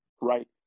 right